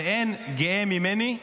ואין גאה ממני,